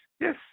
yes